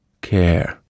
care